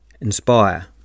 inspire